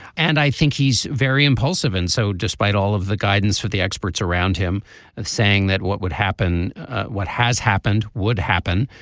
and i think he's very impulsive and so despite all of the guidance from the experts around him saying that what would happen what has happened would happen.